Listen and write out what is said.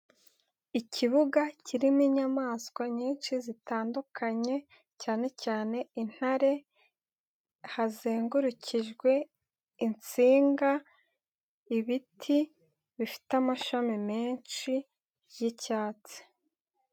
Ikibuga kirimo inyamaswa nyinshi zitandukanye cyane cyane intare, hazengurukijwe insinga, ibiti bifite amashami menshi y'icyatsi.